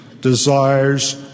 desires